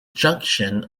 junction